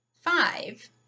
five